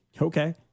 okay